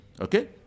Okay